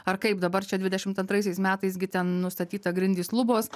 ar kaip dabar čia dvidešimt antraisiais metais gi ten nustatyta grindys lubos